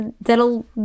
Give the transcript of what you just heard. that'll